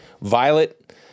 Violet